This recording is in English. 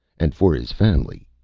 and for his family,